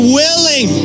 willing